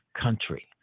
country